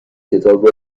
کتاب